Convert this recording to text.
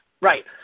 right